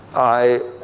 i